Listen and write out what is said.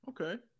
okay